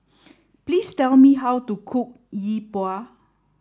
please tell me how to cook Yi Bua